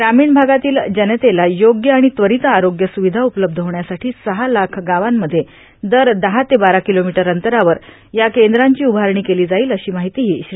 ग्रामीण भागातील जनतेला योग्य आणि त्वरीत आरोग्य सुविधा उपलब्ध होण्यासाठी सहा लाख गावांमध्ये दर दहा ते बारा किलोमीटर अंतरावर या केंद्राची उभारणी केली जाईल अशी माहितीही श्री